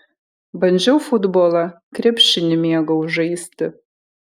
bandžiau futbolą krepšinį mėgau žaisti